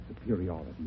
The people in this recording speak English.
superiority